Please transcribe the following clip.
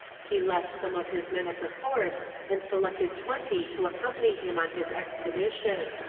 he left some of his men at the fort and selected twenty to accompany him on his expedition.